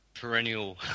Perennial